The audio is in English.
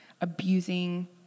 abusing